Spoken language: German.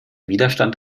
widerstand